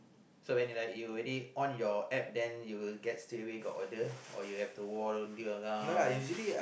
so when you like you already on your App then you get straight away got order or you will have to